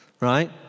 Right